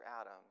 Adam